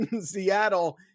Seattle